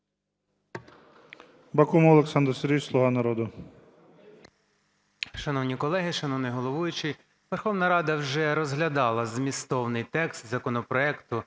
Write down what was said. Бакумов Олександр Сергійович, "Слуга народу".